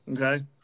Okay